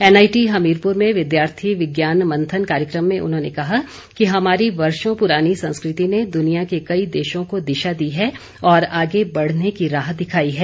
NIT Hamirpur में विद्यार्थी विज्ञान मंथन कार्यक्रम में उन्होंने कहा कि हमारी वर्षो पुरानी संस्कृति ने दुनिया के कई देशों को दिशा दी है और आगे बढ़ने की राह दिखाई है